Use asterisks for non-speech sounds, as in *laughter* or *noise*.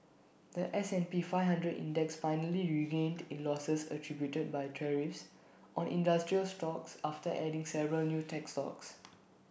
The S and P five hundred index finally regained its losses attributed by tariffs on industrial stocks after adding several new tech stocks *noise*